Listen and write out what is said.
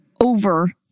over